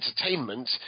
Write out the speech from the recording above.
entertainment